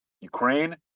Ukraine